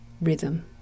rhythm